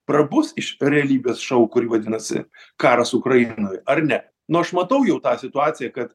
prabus iš realybės šou kuri vadinasi karas ukrainoj ar ne nu aš matau jau tą situaciją kad